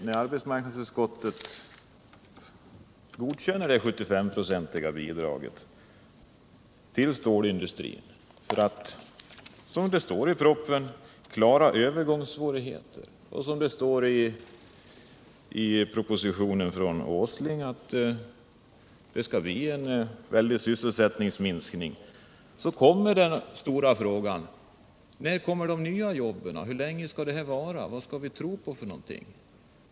När arbetsmarknadsutskottet godkänner det 75 procentiga bidraget till stålindustrin för att, som det står i propositionen, klara övergångssvårigheter och när man talar om, som det också står i propositionen från Nils Åsling, en väldig sysselsättningsminskning så inställer sig den stora frågan: När kommer de nya jobben? Vad skall vi tro på?